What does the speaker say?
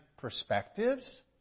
perspectives